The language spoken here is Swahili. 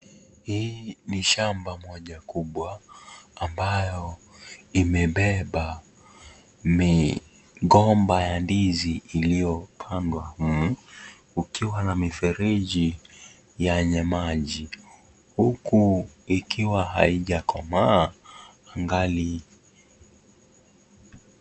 Hii ni shamba moja kubwa ambayo imebeba migomba ya ndizi iliopandwa humu kukiwa na mifereji yenye maji huku ikiwa haija komaa angali.